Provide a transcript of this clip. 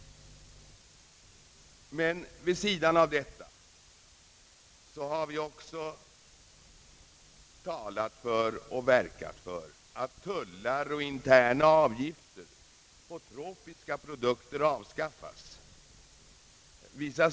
Men vid sidan av detta har vi också talat och verkat för att tullar och interna avgifter på tropiska produkter avskaffas.